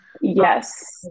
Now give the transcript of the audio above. Yes